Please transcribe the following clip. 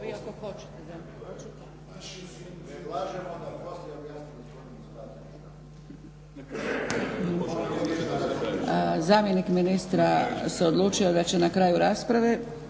Zamjenik ministra se odlučio da će na kraju rasprave